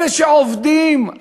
אלה שעובדים,